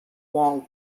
wall